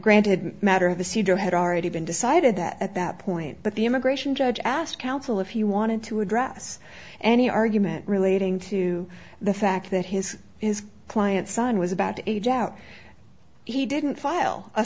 granted matter of the cedar had already been decided that at that point but the immigration judge asked counsel if he wanted to address any argument relating to the fact that his client son was about to age out he didn't file a